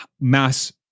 mass